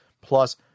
plus